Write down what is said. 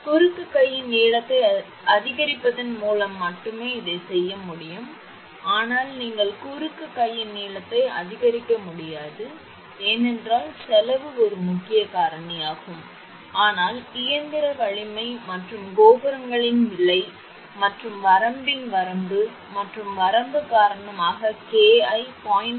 குறுக்கு கையின் நீளத்தை அதிகரிப்பதன் மூலம் மட்டுமே இதைச் செய்ய முடியும் ஆனால் நீங்கள் குறுக்கு கையின் நீளத்தை அதிகரிக்க முடியாது ஏனென்றால் செலவு ஒரு முக்கிய காரணியாகும் ஆனால் இயந்திர வலிமை மற்றும் கோபுரங்களின் விலை மற்றும் வரம்பின் வரம்பு மற்றும் வரம்பு காரணமாக K ஐ 0